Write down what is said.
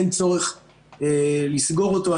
אין צורך לסגור אותו.